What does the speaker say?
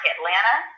Atlanta